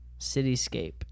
Cityscape